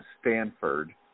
Stanford